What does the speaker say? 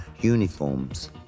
uniforms